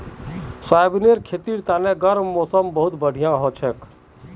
सोयाबीनेर खेतीर तने गर्म मौसमत बहुत बढ़िया हछेक